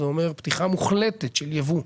זה אומר פתיחה מוחלטת של ייבוא.